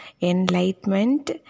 enlightenment